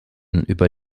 über